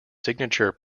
signature